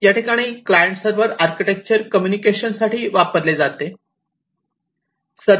याठिकाणी client server architecture communication साठी वापरले जाते